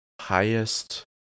highest